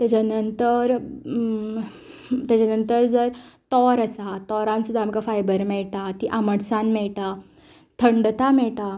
तेज्या नंतर तेज्या नंतर जर तोर आसा तोरान सुद्दां आमकां फायबर मेयटा ती आमटसाण मेयटा थंडता मेयटा